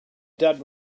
dad